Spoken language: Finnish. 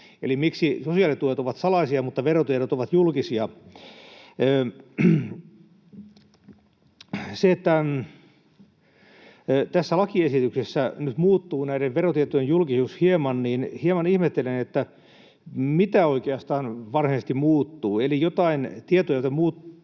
Eli miksi sosiaalituet ovat salaisia mutta verotiedot ovat julkisia? Tässä lakiesityksessä nyt muuttuu näiden verotietojen julkisuus hieman, mutta hieman ihmettelen, mitä oikeastaan varsinaisesti muuttuu — joitain tietoja, joita tulee